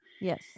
Yes